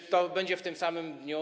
Czy to będzie w tym samym dniu?